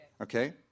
okay